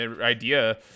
idea